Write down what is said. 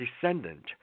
descendant